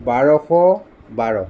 বাৰশ বাৰ